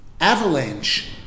avalanche